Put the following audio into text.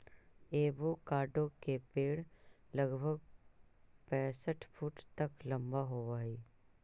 avocado के पेड़ लगभग पैंसठ फुट तक लंबा होब हई